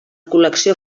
col·lecció